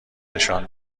نشان